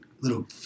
little